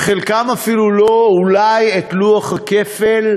חלקם אולי אפילו לא את לוח הכפל,